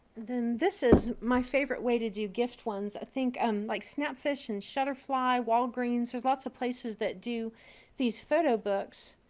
then this is my favorite way to do gift ones. i think um like snapfish and shutterfly, walgreens, there's lots of places that do these photo books.